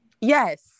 Yes